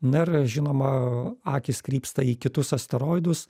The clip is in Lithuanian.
na ir žinoma akys krypsta į kitus asteroidus